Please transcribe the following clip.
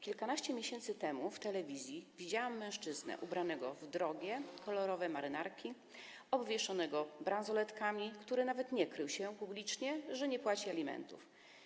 Kilkanaście miesięcy temu w telewizji widziałam mężczyznę ubranego w drogie, kolorowe marynarki, obwieszonego bransoletkami, który nawet nie krył się publicznie z tym, że nie płaci alimentów.